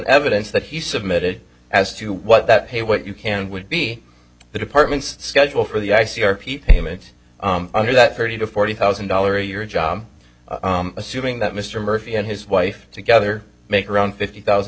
evidence that he's submitted as to what that pay what you can would be the department's schedule for the i c r p payment under that thirty to forty thousand dollars a year job assuming that mr murphy and his wife together make around fifty thousand